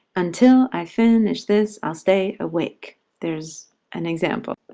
until i finish this i'll stay awake. there's an example.